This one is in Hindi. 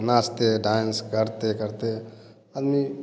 नाचते डांस करते करते आदमी